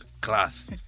class